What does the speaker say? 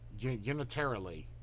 Unitarily